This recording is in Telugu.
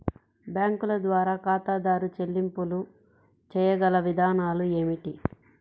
బ్యాంకుల ద్వారా ఖాతాదారు చెల్లింపులు చేయగల విధానాలు ఏమిటి?